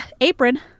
apron